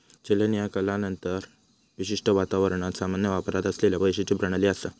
चलन ह्या कालांतरान विशिष्ट वातावरणात सामान्य वापरात असलेला पैशाची प्रणाली असा